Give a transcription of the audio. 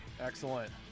Excellent